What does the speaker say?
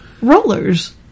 rollers